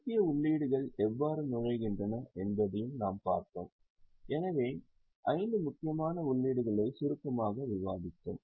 முக்கிய உள்ளீடுகள் எவ்வாறு நுழைகின்றன என்பதையும் நாம் பார்த்தோம் எனவே ஐந்து முக்கியமான உள்ளீடுகளை சுருக்கமாக விவாதித்தோம்